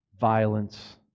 Violence